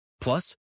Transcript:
Plus